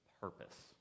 purpose